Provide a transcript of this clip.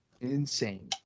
Insane